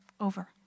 Over